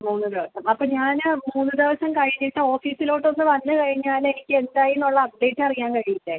മൂന്ന് ദിവസം അപ്പം ഞാന് മൂന്ന് ദിവസം കഴിഞ്ഞിട്ട് ഓഫീസിലോട്ടൊന്ന് വന്ന് കഴിഞ്ഞാലെനിക്ക് എന്തായി എന്നുള്ള അപ്ഡേറ്ററിയാൻ കഴിയില്ലെ